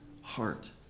heart